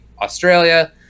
australia